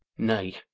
nay,